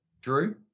Drew